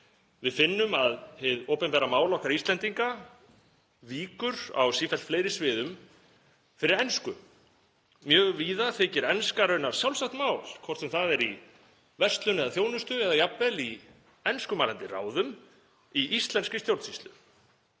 Við finnum að hið opinbera mál okkar Íslendinga víkur á sífellt fleiri sviðum fyrir ensku. Mjög víða þykir enska raunar sjálfsagt mál, hvort sem það er í verslun eða þjónustu eða jafnvel í enskumælandi ráðum í íslenskri stjórnsýslu.